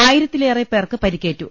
ആയിരത്തിലേറെ പേർക്ക് പരിക്കേറ്റു